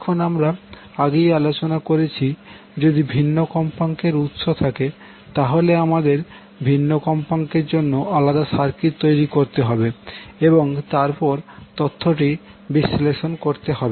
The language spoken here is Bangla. এখন আমরা আগেই আলোচনা করেছি যদি ভিন্ন কম্পাঙ্কের উৎস থাকে তাহলে আমাদের ভিন্ন কম্পাঙ্কের জন্য আলাদা সার্কিট তৈরি করতে হবে এবং তারপর তথ্যটি বিশ্লেষণ করতে হবে